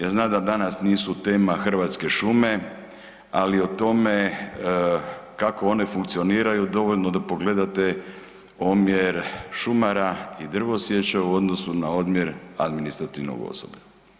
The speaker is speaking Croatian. Ja znam da danas nisu tema Hrvatske šume, ali o tome kako one funkcioniraju dovoljno da pogledate omjer šumara i drvosječu u odnosu na omjer administrativnog osoblja.